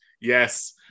Yes